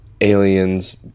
aliens